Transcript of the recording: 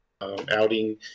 outing